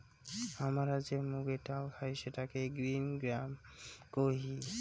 হামরা যে মুগের ডাল খাই সেটাকে গ্রিন গ্রাম কোহি